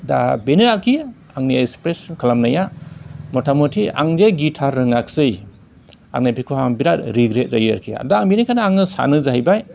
दा बेनो आरोखि आंनि एसप्रेसन खालामनाया मथामथि आं जे गिटार रोङाख्सै आङो बेखौ आं बेराद रिग्रेट जायो आरोखि दा बिनिखायनो आङो सानो जाहैबाय